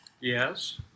Yes